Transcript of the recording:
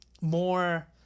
more